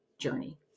journey